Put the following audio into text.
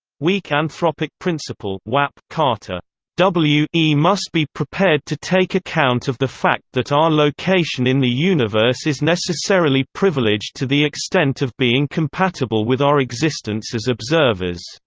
weak anthropic principle carter w e must be prepared to take account of the fact that our location in the universe is necessarily privileged to the extent of being compatible with our existence as observers.